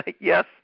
yes